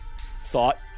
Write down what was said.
thought